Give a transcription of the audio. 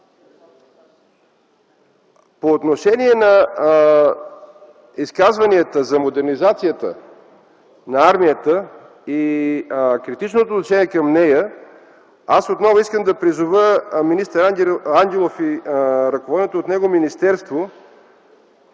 По отношение на изказванията за модернизацията на армията и критичното отношение към нея. Отново искам да призова министър Ангелов и ръководеното от него министерство